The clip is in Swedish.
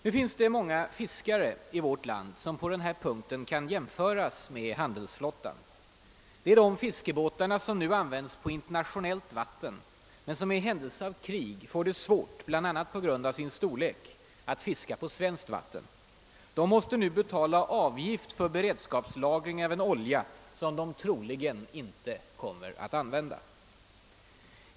Nu finns det många fiskebåtar i vårt land som på den här punkten kan jämföras med handelsflottan. Det är de fartygen som nu används på internationellt vatten men som i händelse av krig får det svårt — bl.a. på grund av sin storlek — att fiska på svenskt vatten. De måste nu betala avgift för beredskapslagring av en olja som de troligen inte kommer att använda.